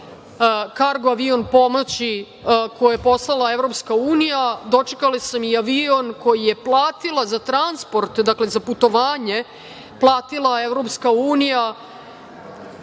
kargo avion pomoći koji je poslala EU, dočekala sam i avion koji je platila za transport, dakle za putovanje, platila EU. Mislim